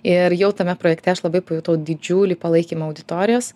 ir jau tame projekte aš labai pajutau didžiulį palaikymą auditorijos